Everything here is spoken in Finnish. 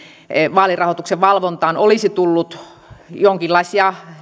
vaalirahoituksen valvontaan olisi tullut jonkinlaisia